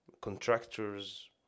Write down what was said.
contractors